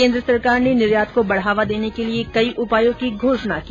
केन्द्र सरकार ने निर्यात को बढ़ावा देने के लिए कई उपायों की घोषणा की